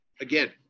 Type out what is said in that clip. again